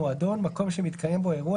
"מועדון" מקום שמתקיים בו אירוע,